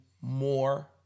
more